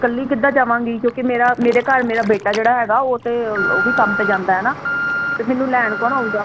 ਕੱਲੀ ਕਿੱਦਾਂ ਜਾਵਾਂਗੀ ਕਿਉਂਕਿ ਮੇਰਾ ਮੇਰੇ ਘਰ ਮੇਰਾ ਬੇਟਾ ਜਿਹੜਾ ਹੈਗਾ ਉਹ ਤੇ ਉਹ ਵੀ ਕੰਮ ਤੇ ਜਾਂਦਾ ਨਾ ਤੇ ਮੈਨੂੰ ਲੈਣ ਕੌਣ ਆਉਗਾ